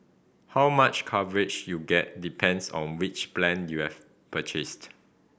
how much coverage you get depends on which plan you have purchased